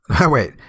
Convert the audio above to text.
wait